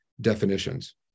definitions